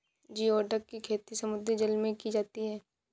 geoduck की खेती समुद्री जल में की जाती है